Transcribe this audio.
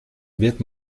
wird